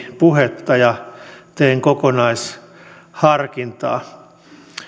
puhetta ja teen kokonaisharkintaa